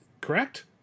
correct